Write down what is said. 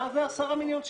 מה זה 10 מיליון שקלים?